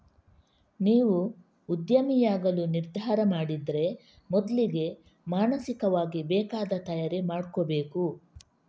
ನೀವು ಉದ್ಯಮಿಯಾಗಲು ನಿರ್ಧಾರ ಮಾಡಿದ್ರೆ ಮೊದ್ಲಿಗೆ ಮಾನಸಿಕವಾಗಿ ಬೇಕಾದ ತಯಾರಿ ಮಾಡ್ಕೋಬೇಕು